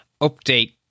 update